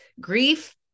Grief